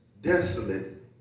desolate